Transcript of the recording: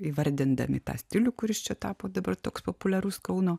įvardindami tą stilių kuris čia tapo dabar toks populiarus kauno